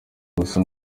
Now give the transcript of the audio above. gusa